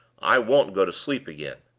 i won't go to sleep again!